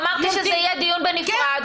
אמרתי שזה יהיה דיון בנפרד,